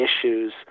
issues